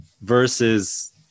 versus